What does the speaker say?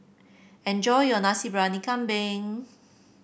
enjoy your Nasi Briyani Kambing